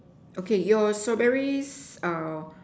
okay your strawberries are